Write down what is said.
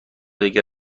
دیگه